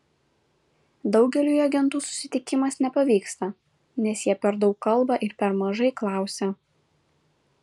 daugeliui agentų susitikimas nepavyksta nes jie per daug kalba ir per mažai klausia